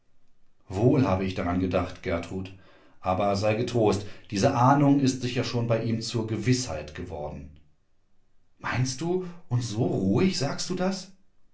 wohl hab ich daran gedacht gertrud aber sei getrost diese ahnung ist sicher schon bei ihm zur gewißheit geworden meinst du und so ruhig sagst du das